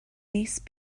niece